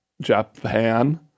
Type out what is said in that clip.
Japan